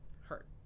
hurt